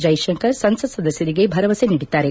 ಜೈಶಂಕರ್ ಸಂಸತ್ ಸದಸ್ಯರಿಗೆ ಭರವಸೆ ನೀಡಿದ್ದಾರೆ